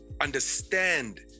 understand